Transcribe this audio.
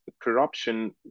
corruption